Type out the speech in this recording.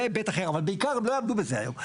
זה היבט אחר, אבל בעיקר הם לא יעמדו בזה היום.